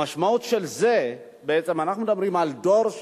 המשמעות של זה, בעצם אנחנו מדברים על דור,